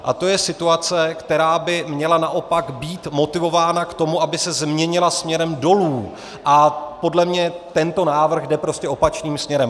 A to je situace, která by měla naopak být motivována k tomu, aby se změnila směrem dolů, a podle mě tento návrh jde prostě opačným směrem.